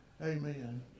amen